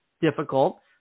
difficult